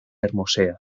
hermosea